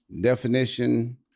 definition